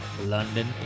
London